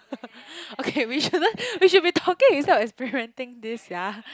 okay we shouldn't we should be talking instead of experimenting this sia